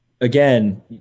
again